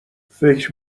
فکر